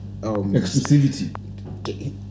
exclusivity